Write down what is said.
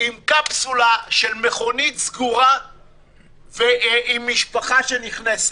עם קפסולה של מכונית סגורה ועם משפחה שנכנסת?